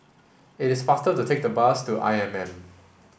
it is faster to take the bus to I M M